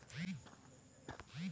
पूजा को लाल बोगनवेलिया बहुत पसंद है